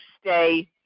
stay